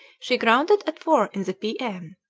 she grounded at four in the p m.